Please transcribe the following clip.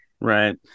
Right